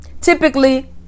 Typically